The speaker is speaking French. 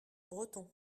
breton